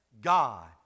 God